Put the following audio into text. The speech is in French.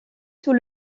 sous